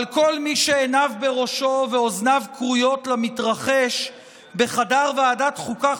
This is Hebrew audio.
אבל כל מי שעיניו בראשו ואוזניו כרויות למתרחש בחדר ועדת החוקה,